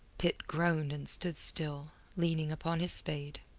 pitt groaned and stood still, leaning upon his spade.